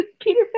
Peter